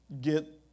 get